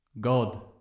God